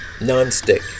non-stick